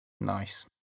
Nice